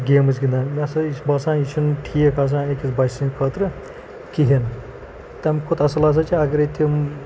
games گِنٛدان مےٚ سا یہِ چھُ باسان یہِ چھِنہٕ ٹھیٖک آسان أکِس بَچہِ سٕنٛدِ خٲطرٕ کِہیٖنۍ تَمہِ کھۄتہٕ اَصٕل ہَسا چھِ اگرَے تِم